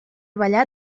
ballar